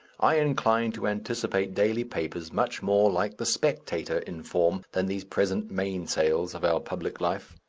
i incline to anticipate daily papers much more like the spectator in form than these present mainsails of our public life.